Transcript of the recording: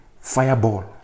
fireball